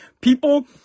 people